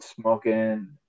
smoking